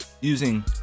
using